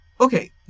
okay